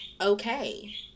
okay